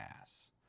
ass